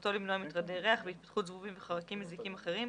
שמטרתו למנוע מטרדי ריח והתפתחות זבובים וחרקים מזיקים אחרים,